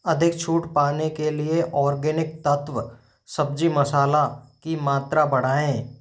अधिक छूट पाने के लिए आर्गेनिक तत्त्व सब्ज़ी मसाला की मात्रा बढ़ाएँ